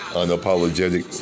unapologetic